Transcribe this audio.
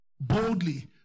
boldly